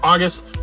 August